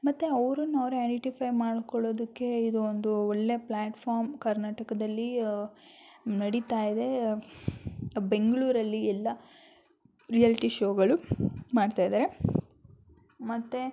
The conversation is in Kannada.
ಮತ್ತು ಅವ್ರನ್ನ ಅವ್ರ ಐಡೆಂಟಿಫೈ ಮಾಡಿಕೊಳ್ಳೋದಕ್ಕೆ ಇದು ಒಂದು ಒಳ್ಳೆಯ ಪ್ಲಾಟ್ಫಾಮ್ ಕರ್ನಾಟಕದಲ್ಲಿ ನಡಿತಾ ಇದೆ ಬೆಂಗಳೂರಲ್ಲಿ ಎಲ್ಲ ರಿಯಾಲ್ಟಿ ಶೋಗಳು ಮಾಡ್ತಾ ಇದ್ದಾರೆ ಮತ್ತು